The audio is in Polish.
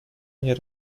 nie